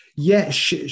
Yes